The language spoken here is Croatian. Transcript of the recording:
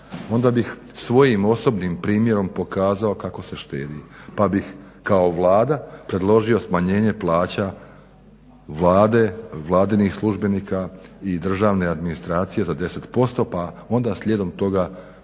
onda bih svojim osobnim primjerom pokazao kako se štedi, pa bih kao Vlada predložio smanjenje plaća Vlade, vladinih službenika i državne administracije za 10% pa onda slijedom toga